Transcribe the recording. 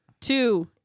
two